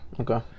Okay